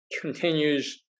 continues